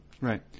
Right